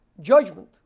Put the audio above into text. judgment